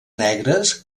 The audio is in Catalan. negres